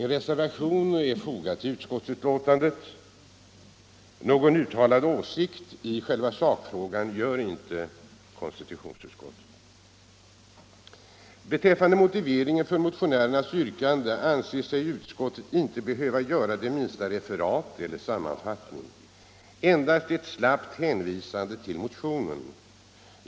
Något uttalande i själva sakfrågan gör inte utskottet. En reservation är fogad till utskottsbetänkandet. Beträffande motiveringen till motionärernas yrkande anser sig utskottet inte behöva göra det minsta referat eller sammanfattning — endast ett slappt hänvisande till motionen.